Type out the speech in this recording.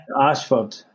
Ashford